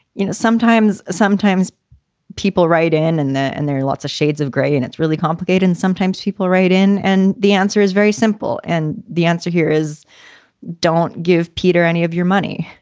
you know, sometimes sometimes people write in and and there are lots of shades of gray and it's really complicated. and sometimes people write in. and the answer is very simple. and the answer here is don't give peter any of your money.